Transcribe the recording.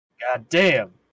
Goddamn